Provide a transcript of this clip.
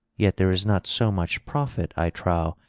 yet there is not so much profit, i trow,